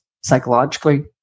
psychologically